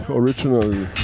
originally